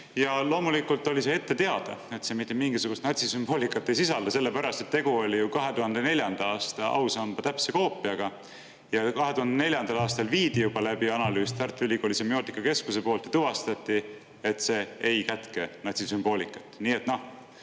Ja loomulikult oli see ette teada, et see mitte mingisugust natsisümboolikat ei sisalda, sellepärast et tegu oli ju 2004. aasta ausamba täpse koopiaga. 2004. aastal viidi juba läbi analüüs Tartu Ülikooli semiootikakeskuse poolt ja tuvastati, et see ei kätke natsisümboolikat.